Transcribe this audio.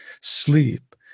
sleep